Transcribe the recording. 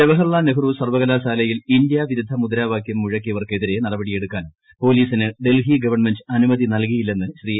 ജവഹർലാൽ നെഹ്റു സർവകലാശാലയിൽ ഇന്ത്യാ വിരുദ്ധ മുദ്രാവാക്യം മുഴക്കിയവർക്കെതിരെ നടപടിയെടുക്കാൻ പൊലീസിന് ഡൽഹി ഗവൺമെന്റ് അനുമതി നൽകിയില്ലെന്ന് ശ്രീ